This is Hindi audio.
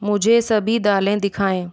मुझे सभी दालें दिखाएँ